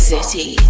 City